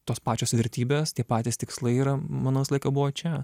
tos pačios vertybės tie patys tikslai yra manau visą laiką buvo čia